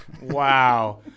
Wow